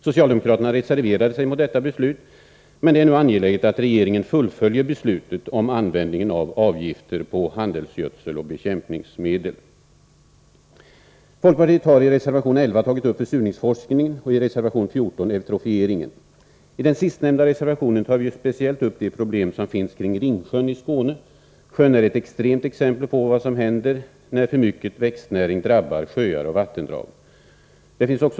Socialdemokraterna reserverade sig mot detta beslut, men det är nu angeläget att regeringen fullföljer beslutet om användningen av avgifter på handelsgödsel och bekämpningsmedel. Folkpartiet har i reservation 11 tagit upp försurningsforskningen och i reservation 14 eutrofieringen. I den sistnämnda reservationen tar vi speciellt upp de prolem som finns kring Ringsjön i Skåne. Sjön är ett extremt exempel på vad som händer när för mycket växtnäring drabbar sjöar och vattendrag.